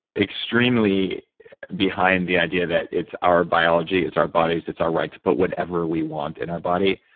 extremely behind the idea that it's our biology it's our bodies it's our right to put whatever we want in our body